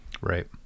Right